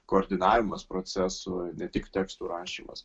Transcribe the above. koordinavimas procesų ne tik tekstų rašymas